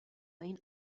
این